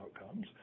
outcomes